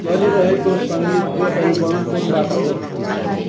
चलिरहेको सङ्गीतको एल्बम कुनबाट हो